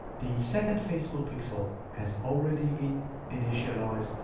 the second facebook pixel has already been initialized.